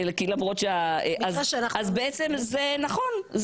אז בעצם זה נכון,